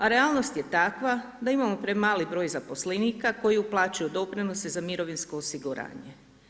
A realnost je takva, da imamo premali broj zaposlenika, koji uplaćuju doprinose za mirovinsko osiguranje.